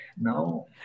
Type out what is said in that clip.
now